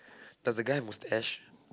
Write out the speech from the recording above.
does the guy have mustache